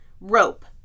rope